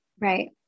Right